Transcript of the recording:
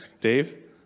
Dave